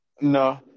No